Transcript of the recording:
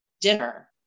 dinner